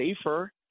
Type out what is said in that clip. safer